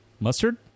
Mustard